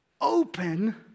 open